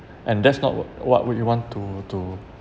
and that's not what what would you want to do